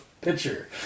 picture